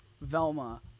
Velma